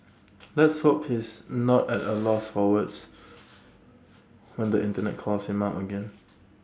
let's hope he's not at A loss for words when the Internet calls him out again